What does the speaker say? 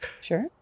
Sure